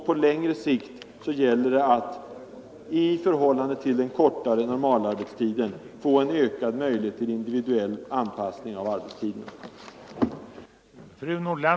På längre sikt gäller det att — i förhållande till den kortare normalarbetstiden — skapa ökade möjligheter till en individuell anpassning av arbetstiden.